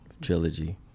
trilogy